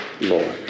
Lord